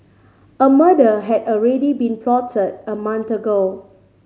a murder had already been plotted a month ago